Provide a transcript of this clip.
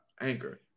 Anchor